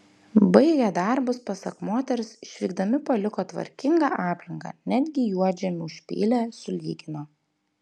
baigę darbus pasak moters išvykdami paliko tvarkingą aplinką netgi juodžemį užpylė sulygino